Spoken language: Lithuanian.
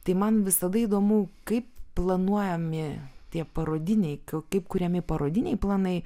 tai man visada įdomu kaip planuojami tie parodiniai kiu kaip kuriami parodiniai planai